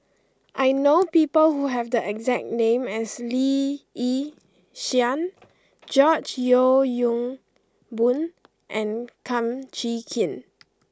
I know people who have the exact name as Lee Yi Shyan George Yeo Yong Boon and Kum Chee Kin